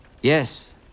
Yes